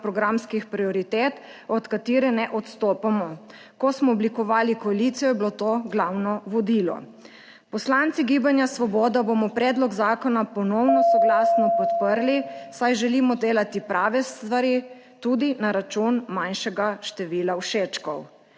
programskih prioritet, od katerih ne odstopamo. Ko smo oblikovali koalicijo, je bilo to glavno vodilo. Poslanci Gibanja Svoboda bomo predlog zakona ponovno soglasno podprli, saj želimo delati prave stvari tudi na račun manjšega števila všečkov.